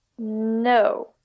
no